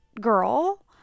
girl